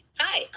Hi